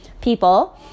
people